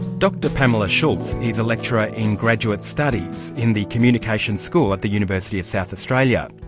dr pamela schulz is a lecturer in graduate studies in the communications school at the university of south australia.